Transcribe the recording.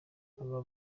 aba